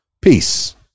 Peace